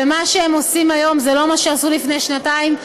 ומה שהם עושים היום זה לא מה שעשו לפני שנתיים,